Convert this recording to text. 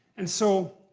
and so,